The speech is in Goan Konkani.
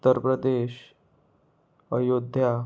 उत्तर प्रदेश अयोध्या